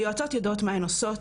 היועצות יודעות מה הן עושות,